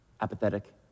apathetic